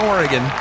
Oregon